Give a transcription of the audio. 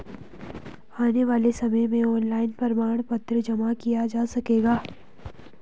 आने वाले समय में ऑनलाइन प्रमाण पत्र जमा किया जा सकेगा